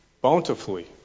bountifully